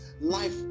life